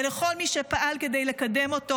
ולכל מי שפעל כדי לקדם אותו.